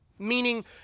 meaning